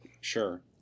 Sure